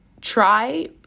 try